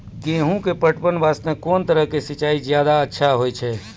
गेहूँ के पटवन वास्ते कोंन तरह के सिंचाई ज्यादा अच्छा होय छै?